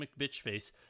McBitchface